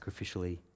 sacrificially